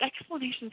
explanations